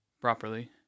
properly